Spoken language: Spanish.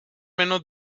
menos